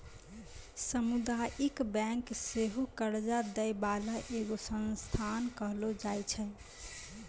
समुदायिक बैंक सेहो कर्जा दै बाला एगो संस्थान कहलो जाय छै